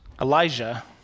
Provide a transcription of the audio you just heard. Elijah